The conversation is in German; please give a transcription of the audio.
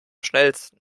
schnellsten